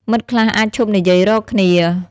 មិត្តខ្លះអាចឈប់និយាយរកគ្នា។